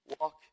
Walk